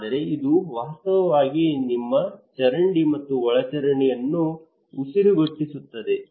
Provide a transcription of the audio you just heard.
ಆದರೆ ಇದು ವಾಸ್ತವವಾಗಿ ನಿಮ್ಮ ಚರಂಡಿ ಮತ್ತು ಒಳಚರಂಡಿಯನ್ನು ಉಸಿರುಗಟ್ಟಿಸುತ್ತಿದೆ